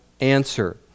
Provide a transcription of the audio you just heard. answer